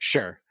Sure